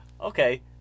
Okay